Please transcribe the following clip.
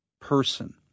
person